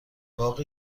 باغ